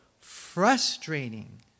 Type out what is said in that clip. frustrating